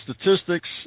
statistics –